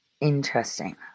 Interesting